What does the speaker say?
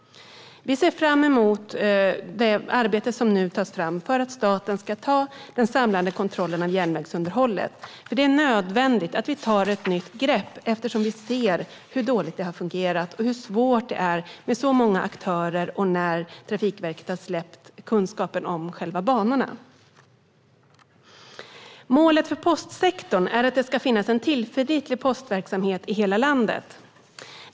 Vi ser fram emot det arbete som nu görs för att staten ska ta den samlade kontrollen över järnvägsunderhållet. Det är nämligen nödvändigt att ta ett nytt grepp eftersom vi ser hur dåligt det har fungerat och hur svårt det är med så många aktörer efter att Trafikverket har släppt kunskapen om själva banorna. Målet för postsektorn är att det ska finnas en tillförlitlig postverksamhet i hela landet.